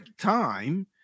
time